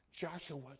Joshua